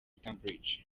cambridge